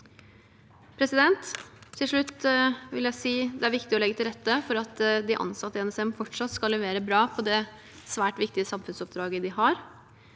Til slutt vil jeg si at det er viktig å legge til rette for at de ansatte i NSM fortsatt skal levere bra på det svært viktige samfunnsoppdraget de har.